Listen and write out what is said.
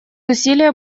усилия